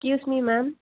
excuse me ma'am